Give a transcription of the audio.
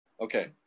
Okay